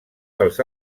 dels